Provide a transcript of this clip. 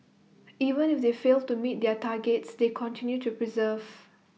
even if they failed to meet their targets they continue to persevere